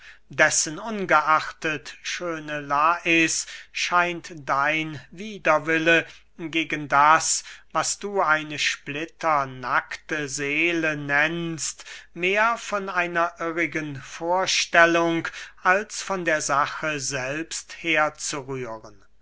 dessen ungeachtet schöne lais scheint dein widerwille gegen das was du eine splitternackte seele nennst mehr von einer irrigen vorstellung als von der sache selbst